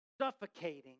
Suffocating